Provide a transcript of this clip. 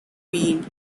been